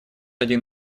один